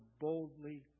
boldly